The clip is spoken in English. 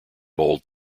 bold